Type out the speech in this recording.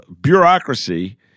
bureaucracy